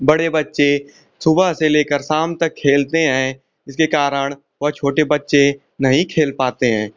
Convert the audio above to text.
बड़े बच्चे सुबह से लेकर शाम तक खेलते हैं जिसके कारण वह छोटे बच्चे नहीं खेल पाते हैं